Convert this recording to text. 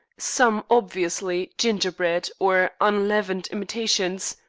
some obviously ginger-bread or unleavened imitations,